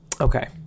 Okay